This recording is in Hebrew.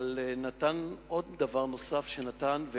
אבל עוד דבר נתן דחיפה,